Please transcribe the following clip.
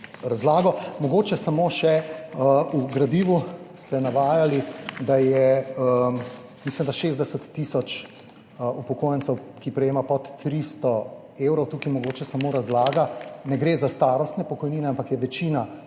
Mogoče samo še to, v gradivu ste navajali, da je, mislim da, 60 tisoč upokojencev, ki prejema pod 300 evrov. Tukaj mogoče samo razlaga – ne gre za starostne pokojnine, ampak je večina